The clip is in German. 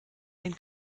den